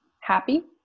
happy